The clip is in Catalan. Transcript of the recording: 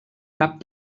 cap